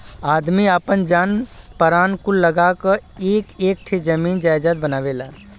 आदमी आपन जान परान कुल लगा क एक एक ठे जमीन जायजात बनावेला